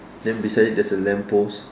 then beside it there's a lamp post